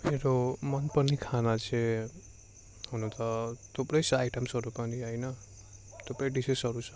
मेरो मनपर्ने खाना चाहिँ हुनु त थुप्रै छ आइटम्सहरू पनि होइन थुप्रै डिसेसहरू छ